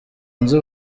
nzi